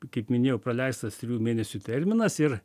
kaip minėjau praleistas trijų mėnesių terminas ir